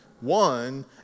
one